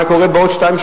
מה היה קורה בעוד שתיים,